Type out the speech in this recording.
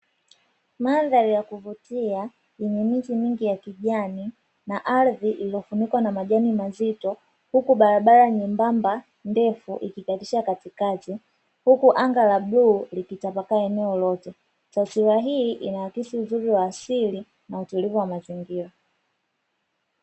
Mandhari ya kuvutia yenye miti mingi ya kijani na ardhi iliyofunikwa na majani mazito huku barabara nyembamba ndefu ikikatisha katikati, huku anga la bluu likitapakaa eneo lote. Taswira hii inahakisi uzuri wa asili na utulivu wa mazingira.